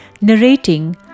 narrating